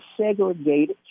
segregated